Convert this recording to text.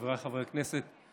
חבריי חברי הכנסת,